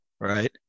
right